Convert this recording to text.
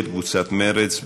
של קבוצת מרצ.